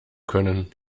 können